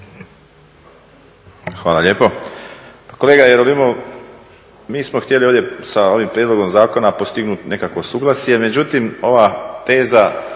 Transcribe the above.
Hvala lijepo. Kolega Jerolimov, mi smo htjeli ovdje sa ovim prijedlogom zakona postignuti nekakvo suglasje. Međutim, ova teza